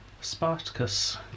Spartacus